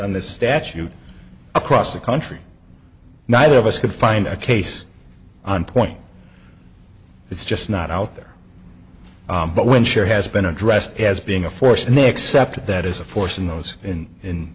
on this statute across the country neither of us could find a case on point it's just not out there but when sure has been addressed as being a force and they accept that as a force in those in